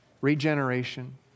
regeneration